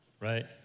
right